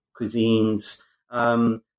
cuisines